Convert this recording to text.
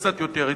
קצת יותר יצירתי,